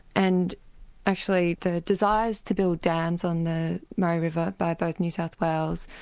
and actually the desires to build dams on the murray river, by both new south wales,